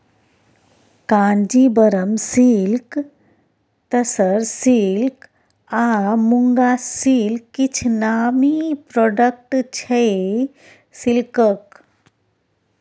Kanjeevaram silk, tussar silk आ muga silk किछ नामी प्रोडक्ट छै सिल्कक